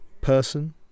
person